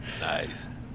Nice